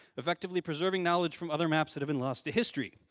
effectively preserving knowledge from other maps have been lost to history.